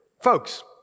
Folks